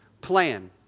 plan